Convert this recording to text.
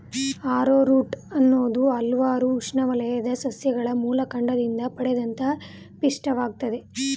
arrowroot ಅನ್ನೋದು ಹಲ್ವಾರು ಉಷ್ಣವಲಯದ ಸಸ್ಯಗಳ ಮೂಲಕಾಂಡದಿಂದ ಪಡೆದಂತ ಪಿಷ್ಟವಾಗಯ್ತೆ